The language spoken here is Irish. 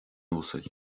uasail